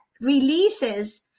releases